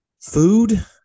food